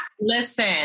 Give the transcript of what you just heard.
listen